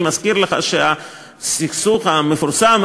אני מזכיר לך שהסכסוך המפורסם,